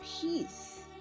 peace